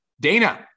Dana